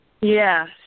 Yes